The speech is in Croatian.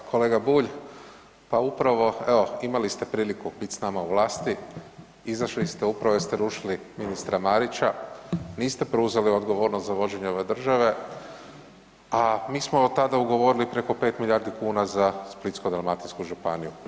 Pa kolega Bulj, pa upravo evo imali ste priliku bit s nama u vlasti, izašli ste upravo jer ste rušili ministra Marića, niste preuzeli odgovornost za vođenje ove države, a mi smo od tada ugovorili preko 5 milijardi kuna za Splitsko-dalmatinsku županiju.